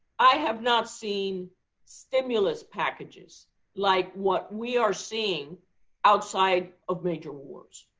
i have not seen stimulus packages like what we are seeing outside of major wars.